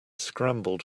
scrambled